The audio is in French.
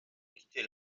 quitter